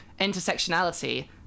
intersectionality